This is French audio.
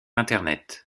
internet